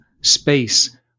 space